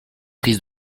prises